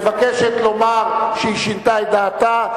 ומבקשת לומר שהיא שינתה את דעתה,